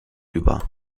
über